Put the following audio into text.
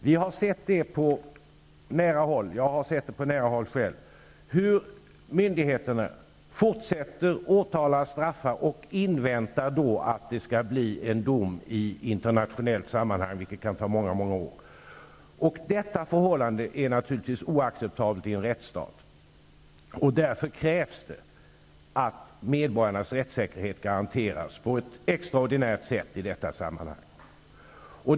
Jag har själv sett på nära håll hur myndigheterna fortsätter att åtala och straffa i avvaktan på att det skall bli en dom i internationellt sammanhang, vilket kan ta många år. Detta förhållande är naturligtvis oacceptabelt i en rättsstat, och därför krävs det att medborgarnas rättssäkerhet garanteras på ett extraordinärt sätt i detta sammanhang.